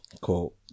Cool